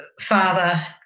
father